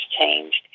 changed